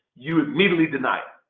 you immediately deny it.